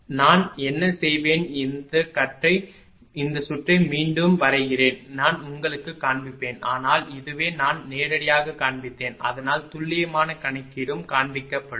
எனவே நான் என்ன செய்வேன் இந்த சுற்றை மீண்டும் வரைகிறேன் நான் உங்களுக்குக் காண்பிப்பேன் ஆனால் இதுவே நான் நேரடியாகக் காண்பித்தேன் அதனால் துல்லியமான கணக்கீடும் காண்பிக்கப்படும்